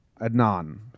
Adnan